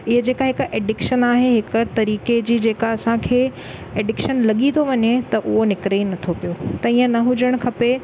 इहे जेका हिकु एडिक्शन आहे हिकु तरीक़े जी जेका असांखे एडिक्शन लॻी थो वञे त उहो निकिरे ई नथो पियो त ईअं न हुजणु खपे